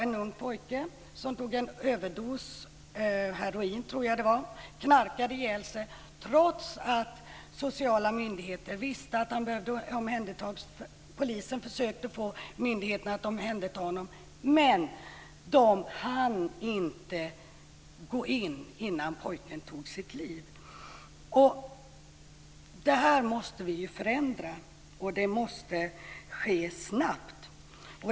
En ung pojke tog en överdos - jag tror att det var av heroin - och knarkade ihjäl sig, trots att sociala myndigheter visste att han behövde omhändertas. Polisen försökte få myndigheterna att omhänderta honom, men de hann inte gå in innan pojken tog sitt liv. Det här måste vi förändra, och det måste ske snabbt.